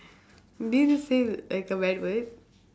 this is it like a bad word